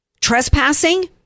Trespassing